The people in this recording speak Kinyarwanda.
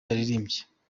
yaririmbye